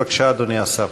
בבקשה, אדוני השר.